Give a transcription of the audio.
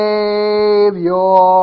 Savior